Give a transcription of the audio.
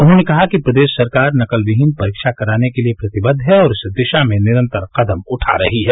उन्होंने कहा कि प्रदेश सरकार नकलविहीन परीक्षा कराने के लिए प्रतिबद्ध है और इस दिशा में निरन्तर कदम उठा रही है